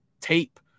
tape